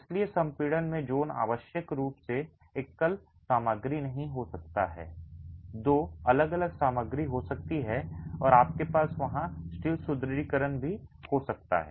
इसलिए सम्पीडन में ज़ोन आवश्यक रूप से एक एकल सामग्री नहीं हो सकता है दो अलग अलग सामग्री हो सकती है और आपके पास वहां स्टील सुदृढीकरण भी हो सकता है